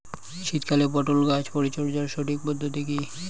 শীতকালে পটল গাছ পরিচর্যার সঠিক পদ্ধতি কী?